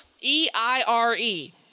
e-i-r-e